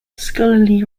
scholarly